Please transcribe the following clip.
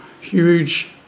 huge